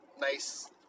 nice